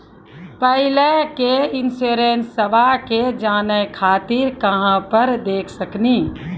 पहले के इंश्योरेंसबा के जाने खातिर कहां पर देख सकनी?